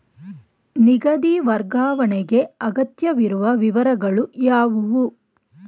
ನಿಧಿ ವರ್ಗಾವಣೆಗೆ ಅಗತ್ಯವಿರುವ ವಿವರಗಳು ಯಾವುವು?